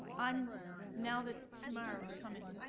um now that tomorrow is coming,